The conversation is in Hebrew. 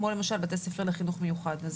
כמו למשל בתי ספר לחינוך מיוחד.